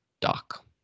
Doc